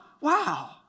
wow